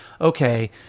okay